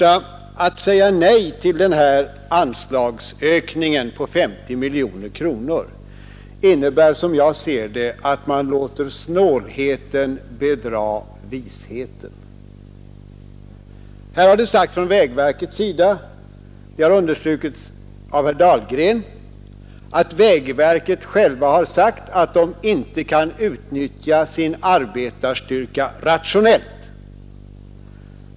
Att säga nej till den begärda anslagsökningen på 50 miljoner kronor innebär först och främst, som jag ser det, att man låter snålheten bedra visheten. Det har understrukits av herr Dahlgren att vägverket självt uttalat att det inte kan utnyttja sin arbetarstyrka rationellt.